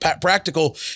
practical